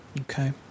Okay